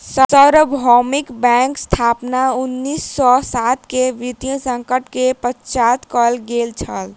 सार्वभौमिक बैंकक स्थापना उन्नीस सौ सात के वित्तीय संकट के पश्चात कयल गेल छल